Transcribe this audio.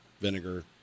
vinegar